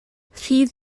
rhydd